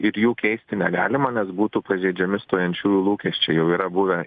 ir jų keisti negalima nes būtų pažeidžiami stojančiųjų lūkesčiai jau yra buvę